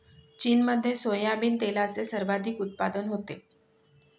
चीनमध्ये सोयाबीन तेलाचे सर्वाधिक उत्पादन होते